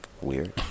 Weird